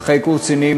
ואחרי קורס קצינים,